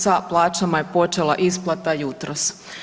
Sa plaćama je počela isplata jutros.